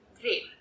Great